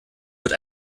wird